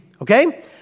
okay